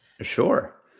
Sure